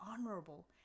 honorable